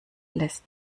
lässt